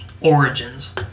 Origins